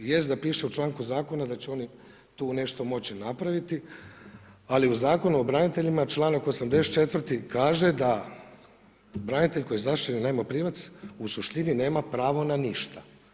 Jest da piše u članku zakona da će oni tu nešto moći napraviti ali u Zakonu o braniteljima čl. 84. kaže da – branitelj koji je zaštićen najmoprimac u suštini nema pravo na ništa.